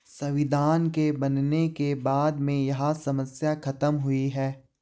संविधान के बनने के बाद में यह समस्या खत्म हुई है